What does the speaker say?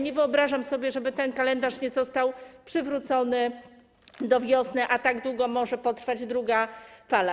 Nie wyobrażam sobie, żeby ten kalendarz nie został przywrócony do wiosny, a tak długo może potrwać druga fala.